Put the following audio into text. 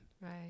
Right